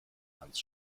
ans